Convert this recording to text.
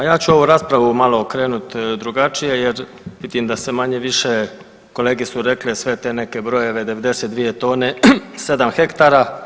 Ja ću ovu raspravu malo okrenuti drugačije jer vidim da su manje-više kolege rekle sve te neke brojeve 92 tone, 7 hektara.